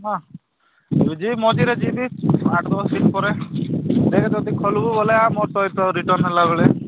ହଁ ଯିବି ମଝିରେ ଯିବି ଆଠ ଦଶଦିନ ପରେ ଦେଖ ଯଦି ଖୋଲିବୁ ମୋ ସହିତ ରିଟର୍ଣ୍ଣ ହେଲାବେଳେ